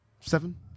Seven